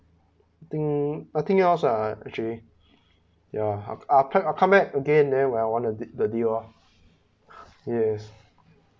I think nothing else uh actually ya I'lI I'll come back again then I want the deal uh yes